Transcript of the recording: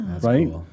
right